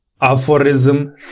Aphorism